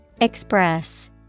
Express